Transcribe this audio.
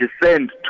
descend